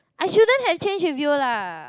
I shouldn't have change with you lah